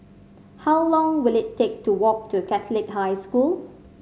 how long will it take to walk to Catholic High School